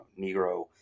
Negro